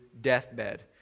deathbed